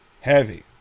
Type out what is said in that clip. Heavy